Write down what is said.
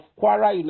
Quara